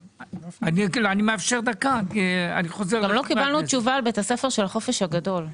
גם לא קיבלנו תשובה על נושא בית ספר של החופש הגדול.